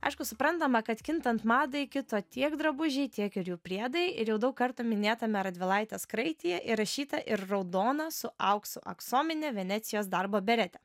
aišku suprantama kad kintant madai kito tiek drabužiai tiek ir jų priedai ir jau daug kartų minėtame radvilaitės kraityje įrašyta ir raudona su auksu aksomine venecijos darbo berete